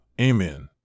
Amen